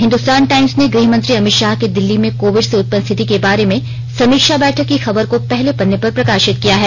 Hindustan Times ने गृहमंत्री अमित शाह के दिल्ली में कोविड से उत्पन्न स्थिति के बारे में समीक्षा बैठक की खबर को पहले पन्ने पर प्रकाशित किया है